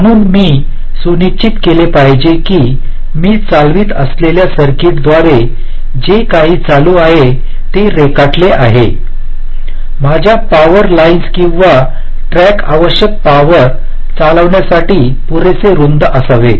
म्हणून मी हे सुनिश्चित केले पाहिजे की मी चालवित असलेल्या सर्किटद्वारे जे काही चालू आहे ते रेखाटले आहे माझ्या पॉवर लाईन्स किंवा ट्रॅक आवश्यक पॉवर चालविण्यासाठी पुरेसे रुंद असावेत